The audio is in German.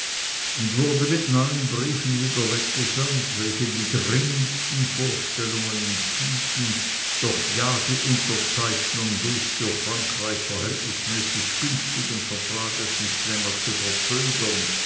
und wurde mit neuen briefen wieder weggesandt welche die dringendsten vorstellungen enthielten doch ja die unterzeichnung des für frankreich verhältnismäßig günstigen vertrags nicht länger zu verzögern